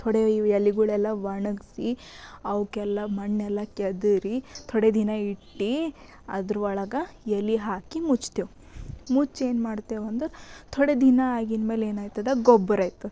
ಥೊಡೆ ಎಲೆಗಳೆಲ್ಲ ಒಣಗಿಸಿ ಅವಕೆಲ್ಲ ಮಣ್ಣೆಲ್ಲ ಕೆದರಿ ಥೊಡೆ ದಿನ ಇಟ್ಟು ಅದ್ರ ಒಳಗೆ ಎಲೆ ಹಾಕಿ ಮುಚ್ತೀವಿ ಮುಚ್ಚೇನು ಮಾಡ್ತೀವೆಂದ್ರೆ ಥೊಡೆ ದಿನ ಆದಮ್ಯಾಲೆನಾಗ್ತದೆ ಗೊಬ್ಬರ ಆಗ್ತದೆ